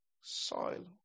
soil